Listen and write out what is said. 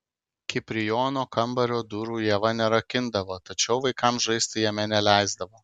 kiprijono kambario durų ieva nerakindavo tačiau vaikams žaisti jame neleisdavo